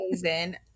amazing